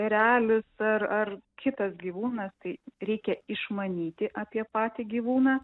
erelis ar ar kitas gyvūnas tai reikia išmanyti apie patį gyvūną